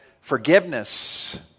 forgiveness